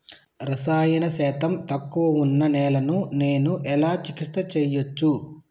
రసాయన శాతం తక్కువ ఉన్న నేలను నేను ఎలా చికిత్స చేయచ్చు?